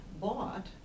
bought